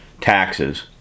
Taxes